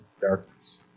darkness